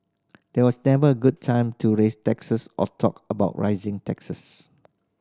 there was never a good time to raise taxes or talk about raising taxes